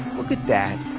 look at that.